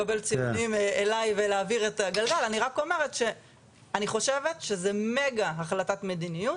אני אומרת שאני חושבת שזה מגה-החלטת מדיניות,